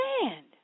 stand